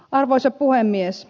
arvoisa puhemies